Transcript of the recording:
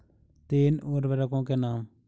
तीन उर्वरकों के नाम?